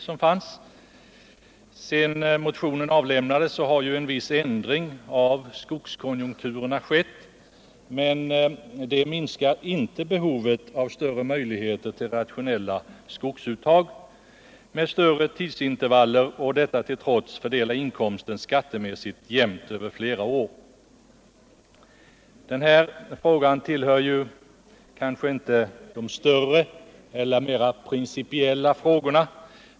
Sedan motionen avlämnades har en viss ändring av skogskonjunkturerna skett, men det minskar inte behovet av större möjligheter att göra rationella skogsuttag med större tidsintervaller och detta till trots fördela inkomsten skattemässigt jämnt över flera år. Denna fråga hör kanske inte till de större eller mera principiella frågorna.